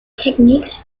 techniques